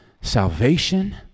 Salvation